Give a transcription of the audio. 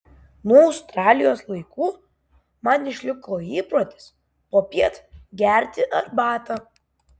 nuo australijos laikų man išliko įprotis popiet gerti arbatą